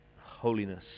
holiness